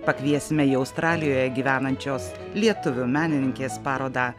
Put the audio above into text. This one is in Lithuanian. pakviesime į australijoje gyvenančios lietuvių menininkės parodą